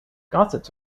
gossips